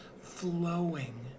flowing